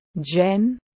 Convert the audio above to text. Jen